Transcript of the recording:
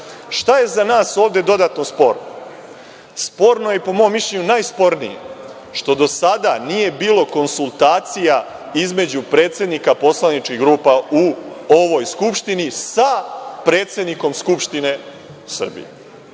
je za nas ovde dodatno sporno? Sporno je i po mom mišljenju najspornije što do sada nije bilo konsultacija između predsednika poslaničkih grupa u ovoj Skupštini sa predsednikom Skupštine Srbije,